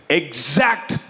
exact